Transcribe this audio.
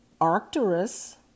Arcturus